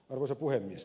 arvoisa puhemies